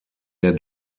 der